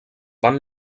van